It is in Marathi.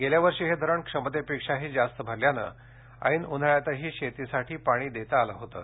गेल्या वर्षी हे धरण क्षमतेपेक्षाही जास्त भरल्यामुळे ऐन उन्हाळ्यातही शेतीसाठी पाणी देता आलं होतं